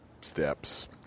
steps